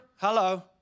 Hello